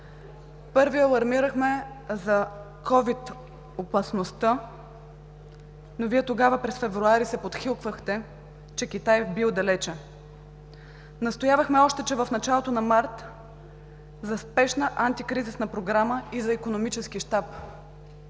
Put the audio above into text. Първи алармирахме за COVID опасността, но Вие тогава, през месец февруари, се подхилквахте, че „Китай бил далече“. Настоявахме още в началото на месец март за спешна антикризисна програма и за икономически щаб.